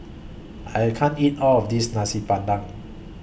I can't eat All of This Nasi Padang